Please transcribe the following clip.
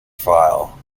file